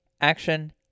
action